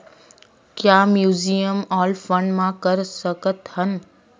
का mutual fund म कर सकत हन?